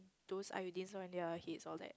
those iodines on their heads all that